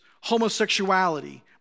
homosexuality